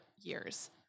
years